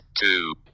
two